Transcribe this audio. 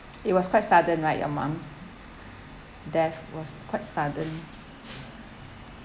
it was quite sudden right your mum's death was quite sudden